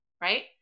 right